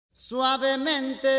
Suavemente